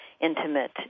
intimate